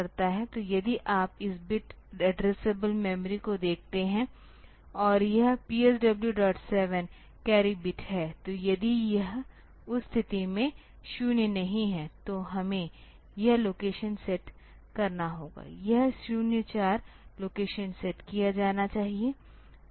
तो यदि आप इस बिट एड्रेसेबल मेमोरी को देखते हैं और यह PSW7 कैरी बिट है तो यदि यह उस स्थिति में 0 नहीं है तो हमें यह लोकेशन सेट करना होगा यह 0 4 लोकेशन सेट किया जाना चाहिए